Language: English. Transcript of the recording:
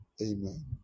Amen